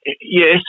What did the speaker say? Yes